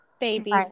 Babies